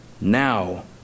Now